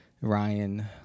Ryan